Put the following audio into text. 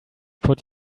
put